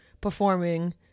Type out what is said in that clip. performing